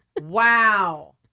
Wow